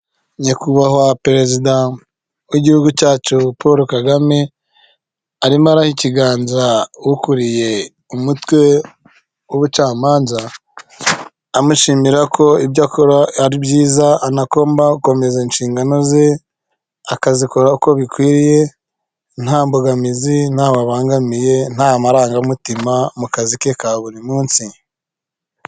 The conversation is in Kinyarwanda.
Nyakubahwa perezida w'igihugu cyacu Polo Kagame arimo araha ikiganza ukuriye umutwe w'ubucamanza, amushimira ko ibyo akora ari byiza, anagomba gukomeza inshingano ze akazikora uko bikwiye, nta mbogamizi ntawe abangamiye nta marangamutima mu kazi ke ka buri munsi.